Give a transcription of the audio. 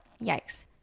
yikes